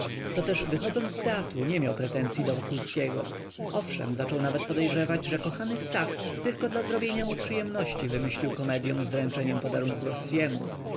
to też wychodząc z teatru nie miał pretensyi do wokulskiego owszem zaczął nawet podejrzewać że kochany stach tylko dla zrobienia mu przyjemności wymyślił komedyą z